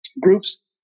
groups